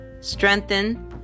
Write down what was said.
Strengthen